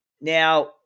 Now